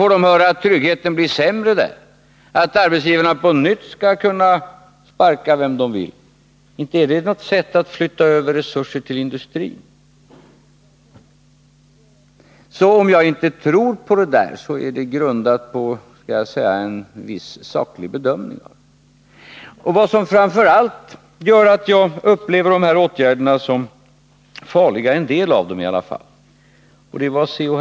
Får de nu höra att tryggheten där blir sämre och att arbetsgivarna på nytt kan sparka vem de vill, är det inte ett sätt att flytta över folk till industrin! Om jag inte tror på de här åtgärderna är det alltså grundat på en viss saklig bedömning. Vad som framför allt gör att jag upplever i varje fall en del av dem som farliga — det var C.-H.